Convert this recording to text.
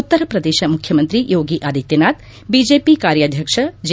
ಉತ್ತರ ಪ್ರದೇಶ ಮುಖ್ಯಮಂತ್ರಿ ಯೋಗಿ ಆದಿತ್ಯನಾಥ್ ಬಿಜೆಪಿ ಕಾರ್ಯಾಧ್ಯಕ್ಷ ಜೆ